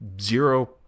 zero